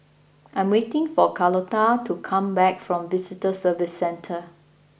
I am waiting for Carlotta to come back from Visitor Services Centre